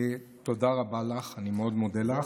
תודה רבה לך, אני מאוד מודה לך.